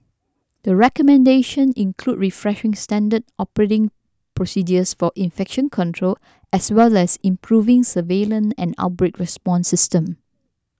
the recommendation include refreshing standard operating procedures for infection control as well as improving surveillance and outbreak response system